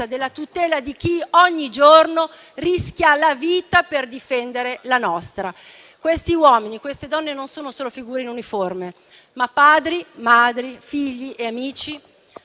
della tutela di chi ogni giorno rischia la vita per difendere la nostra. Questi uomini e queste donne non sono solo figure in uniforme, ma padri, madri, figli e amici.